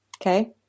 Okay